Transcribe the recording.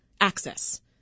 access